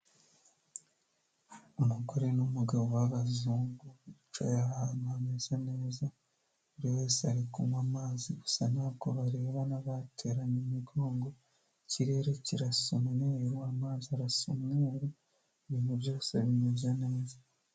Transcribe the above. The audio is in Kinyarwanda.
Umugore n'umugabo b'abazungu bicaye ahantu hameze neza, buri wese ari kunywa amazi gusa ntabwo barebana bateranye imigongo, ikirere kirasa umweru, amazi arasa umweru, ibintu byose bimeze neza.